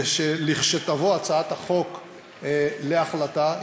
שלכשתובא הצעת החוק להחלטה,